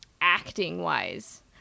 acting-wise